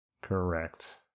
correct